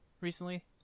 recently